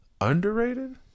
underrated